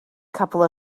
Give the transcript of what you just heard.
couple